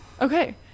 Okay